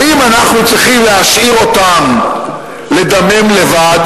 האם אנחנו צריכים להשאיר אותם לדמם לבד,